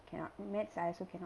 cannot mathematics I also cannot